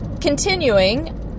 continuing